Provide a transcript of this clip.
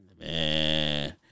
Man